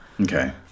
okay